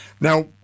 Now